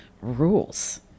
rules